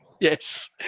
Yes